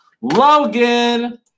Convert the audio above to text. Logan